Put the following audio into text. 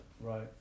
Right